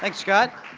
like scott.